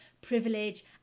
privilege